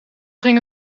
ging